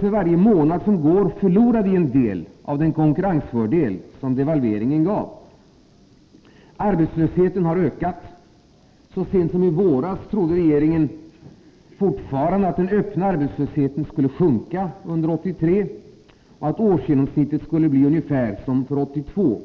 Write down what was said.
För var månad som går förlorar vi därmed en del av den konkurrensfördel som devalveringen gav. Arbetslösheten har ökat. Så sent som i våras trodde regeringen fortfarande att den öppna arbetslösheten skulle sjunka under loppet av 1983 och att årsgenomsnittet skulle bli ungefär detsamma som för 1982.